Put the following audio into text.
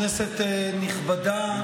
כנסת נכבדה,